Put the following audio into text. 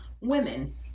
women